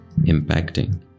impacting